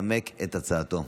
לנמק את הצעתו.